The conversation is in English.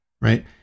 right